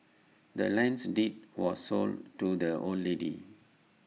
the land's deed was sold to the old lady